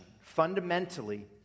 Fundamentally